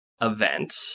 event